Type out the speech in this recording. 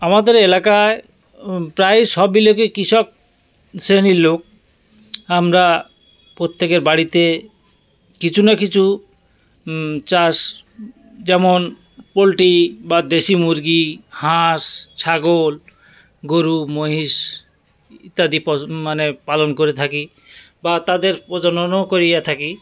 আমাদের এলাকায় প্রায় সব এলাকায় কৃষক শ্রেণীর লোক আমরা প্রত্যেকের বাড়িতে কিছু না কিছু চাষ যেমন পোলট্রি বা দেশি মুরগি হাঁস ছাগল গরু মহিষ ইত্যাদি মানে পালন করে থাকি বা তাদের প্রজননও করিয়ে থাকি